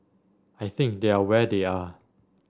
I think they are where they are